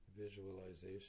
visualization